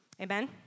Amen